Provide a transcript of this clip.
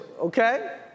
okay